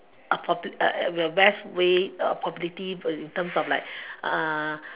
uh probably best way probably in terms of like uh